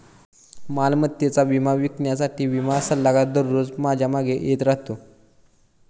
मालमत्तेचा विमा विकण्यासाठी विमा सल्लागार दररोज माझ्या मागे येत राहतो